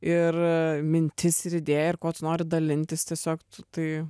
ir mintis ir idėja ir kuo tu nori dalintis tiesiog tai